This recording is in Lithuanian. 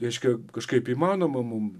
reiškia kažkaip įmanoma mum